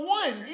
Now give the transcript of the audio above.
one